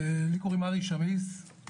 לי קוראים ארי שמיס,